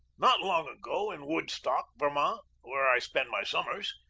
not long ago in woodstock, vermont, where i spend my summers,